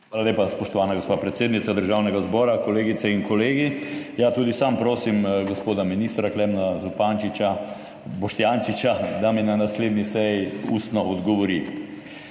Hvala lepa. Spoštovana gospa predsednica Državnega zbora, kolegice in kolegi! Tudi sam prosim gospoda ministra Klemna Boštjančiča, da mi na naslednji seji odgovori